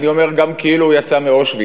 אני אומר גם כאילו הוא יצא מאושוויץ,